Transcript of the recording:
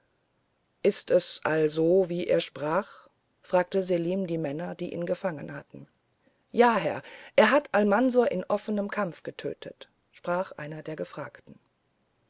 ist es also wie er sprach fragte selim die männer die ihn gefangen hatten ja herr er hat almansor in offenem kampf getötet sprach einer von den gefragten